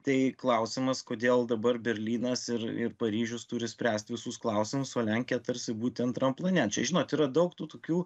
tai klausimas kodėl dabar berlynas ir ir paryžius turi spręst visus klausimus o lenkija tarsi būti antram plane žinot yra daug tų tokių